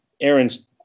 Aaron's